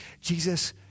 Jesus